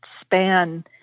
span